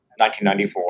1994